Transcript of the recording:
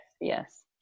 yes